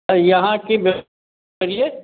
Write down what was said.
यहाँ की व्यव करिए